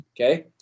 okay